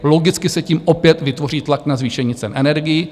Logicky se tím opět vytvoří tlak na zvýšení cen energií.